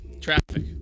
Traffic